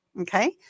okay